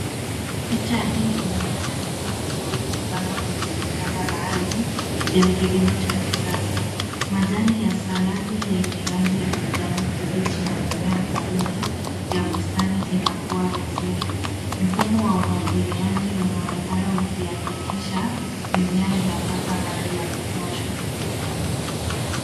Picha hii inaonyesha mimea ikiwa imepandwa kwenye vitanda maalum vya kilimo cha kisasa. Majani ya saladi yenye rangi ya kijani kibichi na mimea mingine ya bustani inakua vizuri. Mfumo wa umwangiliaji unaonekana ukihakikisha mimea inapata maji ya kutosha.